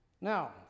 Now